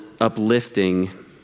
uplifting